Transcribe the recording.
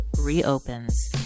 reopens